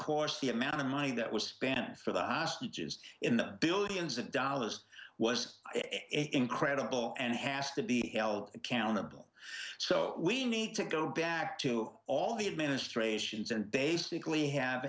course the amount of money that was banned for the hostages in the billions of dollars was incredible and has to be held accountable so we need to go back to all the administrations and basically have